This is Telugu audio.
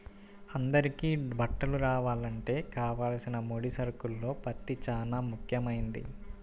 అందరికీ బట్టలు రావాలంటే కావలసిన ముడి సరుకుల్లో పత్తి చానా ముఖ్యమైంది